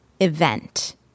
event